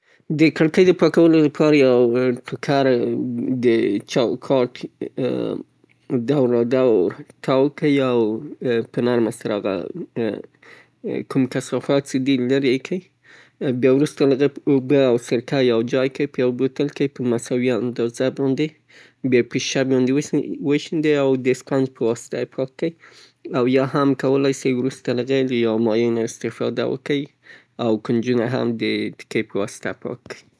د کوټې د پاکولو لپاره خپل توکي راټول کړئ: صابون، يو ټوکر او همدارنګه يو سطل او يا ظرف د ګرمو اوبو او صابون نه ډک کړئ بي وروسته له هغه نه يو سپنج په محلول کې ډوب کړئ او کړکۍ پې پاکې کړئ. په کونجونو باندې او همداسې د مابين کولای سئ او بيا يې په ټوکر وچ کئ.